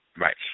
Right